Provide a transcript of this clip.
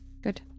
Good